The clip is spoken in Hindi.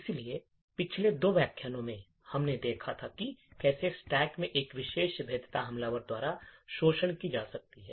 इसलिए पिछले दो व्याख्यानों में हमने देखा था कि कैसे स्टैक में एक विशेष भेद्यता हमलावर द्वारा शोषण की जा सकती है